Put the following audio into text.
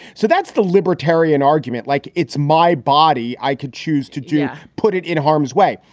so that's the libertarian argument. like it's my body. i could choose to yeah put it in harms way,